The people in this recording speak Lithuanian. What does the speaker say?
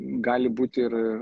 gali būti ir